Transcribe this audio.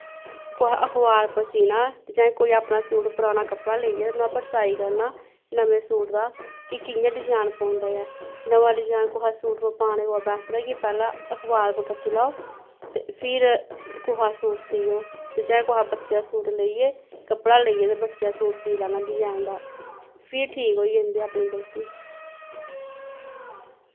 कुसा अखबार पर सीना जां कोई अपना सूट पराना कपड़ा लेईयै ते नोहाड़े पर सलाई करना नमें सूट दा कि कियां डजैन पौंदा ऐ नमां डजैन कुसै सूट पर पाने कोला बैह्तर ऐ कि पैह्लैं अखबार पर कट्टी लाओ ते फिर कुसा दा सूट सीयो ते चाहे कुसै बच्चे दा सूट लेईयै कपड़ा लेईयै ते बच्चे दा सूट सीऽ लैना डजैनदार फ्ही ठीक होई जंदी ऐ अपनी गल्ती